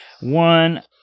One